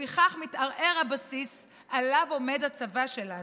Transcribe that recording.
לפיכך מתערער הבסיס שעליו עומד הצבא שלנו,